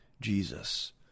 Jesus